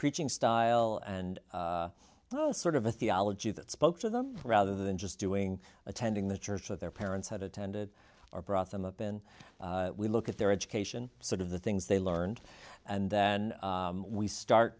preaching style and sort of a theology that spoke to them rather than just doing attending the church that their parents had attended or brought them up and we look at their education sort of the things they learned and then we start